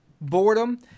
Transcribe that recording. boredom